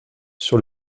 sur